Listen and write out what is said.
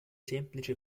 semplici